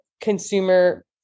consumer